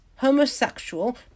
homosexual